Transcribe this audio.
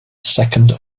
second